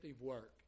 work